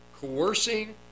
coercing